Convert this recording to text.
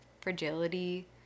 fragility